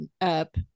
up